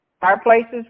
fireplaces